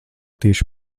tieši